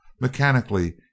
Mechanically